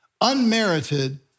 Unmerited